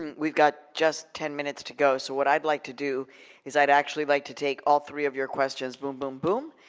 we've got just ten minutes to go. so what i'd like to do is i'd actually like to take all three of your questions, boom, boom, boom,